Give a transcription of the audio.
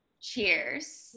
cheers